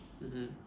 mmhmm